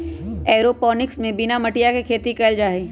aeroponics में बिना मटिया के खेती कइल जाहई